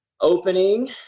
Opening